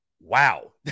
Wow